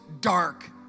dark